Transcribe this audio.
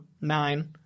nine